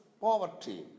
poverty